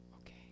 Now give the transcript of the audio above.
Okay